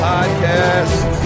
Podcast